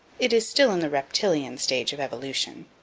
it is still in the reptilian stage of evolution.